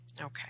Okay